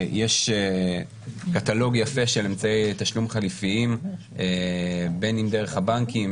יש קטלוג יפה של אמצעי תשלום חליפיים בין אם דרך הבנקים,